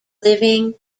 living